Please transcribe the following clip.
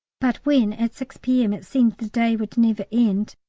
but when at six p m. it seemed the day would never end,